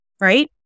right